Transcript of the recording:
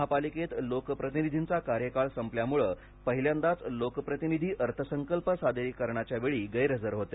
महापालिकेत लोकप्रतिनिधींचा कार्यकाळ संपल्यामुळे पहिल्यांदाच लोकप्रतिनिधी अर्थसंकल्प सादरीकरणाच्या वेळी गैरहजर होते